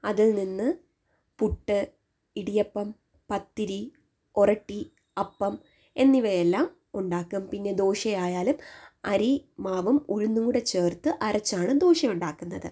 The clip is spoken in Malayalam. അതില് നിന്ന് പുട്ട് ഇടിയപ്പം പത്തിരി ഒറട്ടി അപ്പം എന്നിവയെല്ലാം ഉണ്ടാക്കും പിന്നെ ദോശയായാലും അരി മാവും ഉഴുന്നൂകൂടെ ചേർത്ത് അരച്ചാണ് ദോശ ഉണ്ടാക്കുന്നത്